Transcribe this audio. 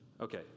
Okay